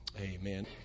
amen